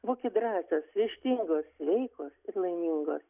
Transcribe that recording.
būkit drąsios ryžtingos sveikos laimingos